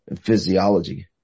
physiology